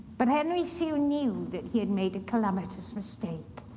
but henry soon knew that he had made a calamitous mistake.